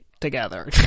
together